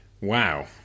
Wow